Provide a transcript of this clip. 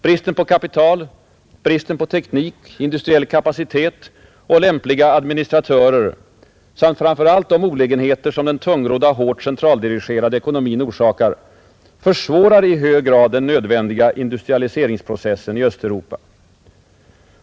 Bristen på kapital, bristen på teknik, industriell kapacitet och lämpliga administratörer samt framför allt de olägenheter som den tungrodda och hårt centraldirigerade ekonomin orsakar försvårar i hög grad den nödvändiga industrialiseringsprocessen i Östeuropa.